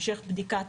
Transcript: המשך בדיקה,